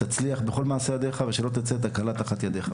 תצליח בכל מעשה ידך ושלא תצא תקלה תחת ידיך,